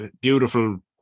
beautiful